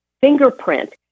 fingerprint